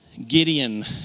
Gideon